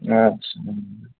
U एन आव